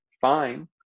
fine